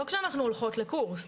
לא כשאנחנו הולכות לקורס,